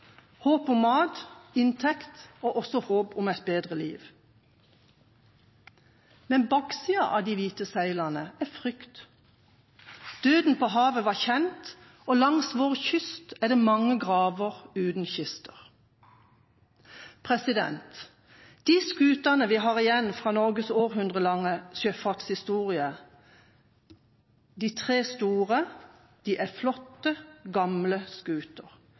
håp om mat, inntekt og også håp om et bedre liv. Men baksida av de hvite seilene er frykt. Døden på havet var kjent, og langs vår kyst er det mange graver uten kister. De tre store skutene vi har igjen fra Norges århundrelange sjøfartshistorie, er tre